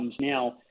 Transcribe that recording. now